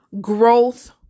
growth